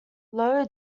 lowe